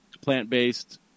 plant-based